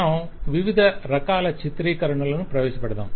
మనం వివిధ రకాల చిత్రీకరణాలను ప్రవేశపెడదాం